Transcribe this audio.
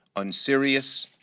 unserious,